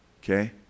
Okay